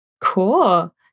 Cool